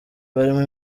barimo